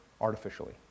artificially